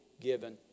given